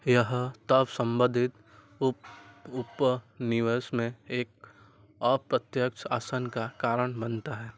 यह तब संबंधित उप उप निवेश में एक अप्रत्यक्ष शासन का कारण बनता है